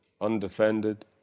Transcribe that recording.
undefended